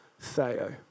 Theo